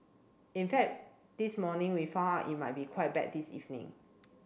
in fact this morning we found out it might be quite bad this evening